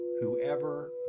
whoever